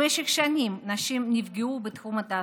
במשך שנים נשים נפגעו בתחום התעסוקה.